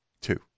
Two